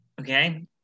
okay